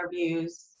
interviews